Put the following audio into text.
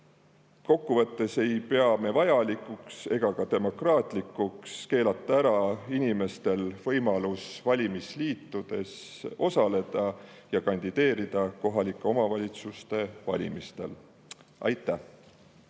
Kokkuvõttes ei pea me vajalikuks ega ka demokraatlikuks keelata ära inimestele võimalust valimisliitudes osaleda ja kandideerida kohalike omavalitsuste valimistel. Aitäh!